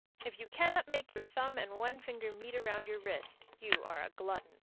if you cannot make your thumb and one finger meet around your wrist, you are a glutton.